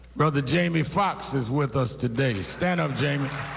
brother jamie foxx is with us today. stand up, jamie.